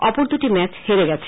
অপর দুটি ম্যাচে হেরে গেছে